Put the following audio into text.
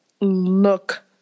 look